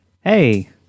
hey